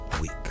week